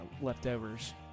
leftovers